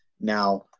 now